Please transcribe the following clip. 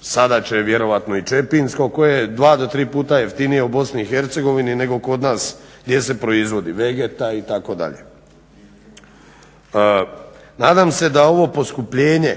sada će vjerojatno i čepinsko koje je dva do tri puta jeftinije u BiH nego kod nas gdje se proizvodi. Vegeta itd. Nadam se da ovo poskupljenje